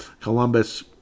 Columbus